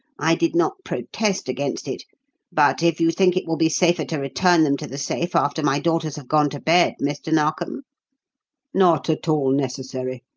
i did not protest against it but if you think it will be safer to return them to the safe after my daughters have gone to bed, mr. narkom not at all necessary.